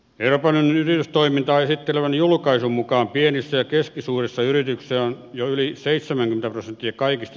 ero koneen yritystoimintaa esittelevän julkaisun mukaan pienissä keskisuurista yrityksistä on jo yli seitsemän prosenttia kaikista